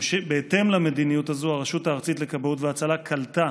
בהתאם למדיניות הזאת הרשות הארצית לכבאות והצלה קלטה